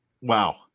Wow